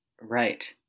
right